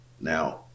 Now